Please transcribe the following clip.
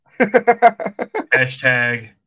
hashtag